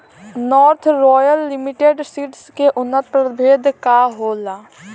North royal limited seeds के उन्नत प्रभेद का होला?